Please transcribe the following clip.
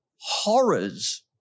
horrors